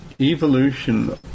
evolution